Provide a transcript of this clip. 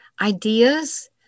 ideas